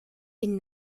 den